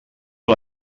que